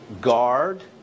guard